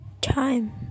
time